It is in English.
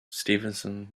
stevenson